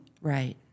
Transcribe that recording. Right